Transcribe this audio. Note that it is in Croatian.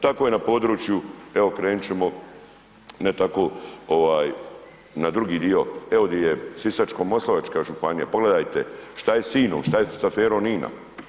Tako je na području, evo krenuti ćemo, ne tako na drugi dio, evo di je Sisačko moslavačka županija, pogledajte šta je sa INA-om, što je sa aferom INA?